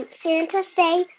santa fe,